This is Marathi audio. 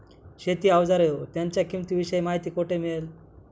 शेती औजारे व त्यांच्या किंमतीविषयी माहिती कोठे मिळेल?